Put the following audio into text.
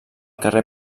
carrer